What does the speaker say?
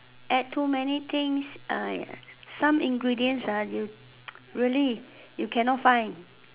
add too many things !aiya! some ingredients you really you cannot find